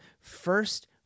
first